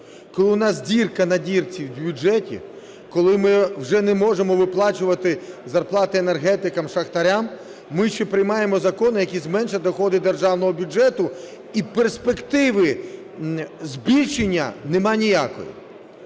Коли в нас дірка на дірці в бюджеті, коли ми вже не можемо виплачувати зарплати енергетикам, шахтарям, ми ще приймаємо закони, які зменшать доходи державного бюджету, і перспективи збільшення нема ніякої.